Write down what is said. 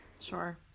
Sure